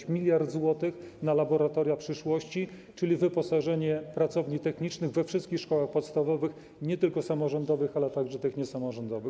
1 mld zł na „Laboratoria przyszłości”, czyli wyposażenie pracowni technicznych we wszystkich szkołach podstawowych, nie tylko samorządowych, ale także tych niesamorządowych.